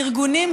ארגונים,